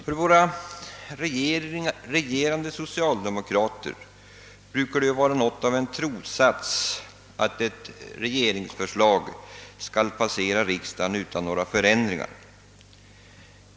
För våra regerande socialdemokrater brukar det vara något av en trossats att ett regeringsförslag skall passera utan några förändringar.